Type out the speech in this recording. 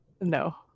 no